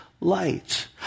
light